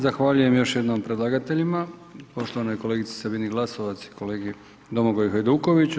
Zahvaljujem još jednom predlagateljima, poštovanoj kolegici Sabini Glasovac i kolegi Domagoju Hajdukoviću.